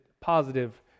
positive